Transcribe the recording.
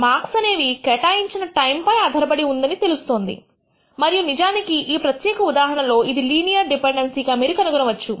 marks అనేవి కేటాయించిన time పై ఆధారపడి ఉందని తెలుస్తోంది మరియు నిజానికి ఈ ప్రత్యేక ఉదాహరణలో ఇది లీనియర్ డిపెండెన్సీ గా మీరు కనుగొనవచ్చు